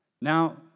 Now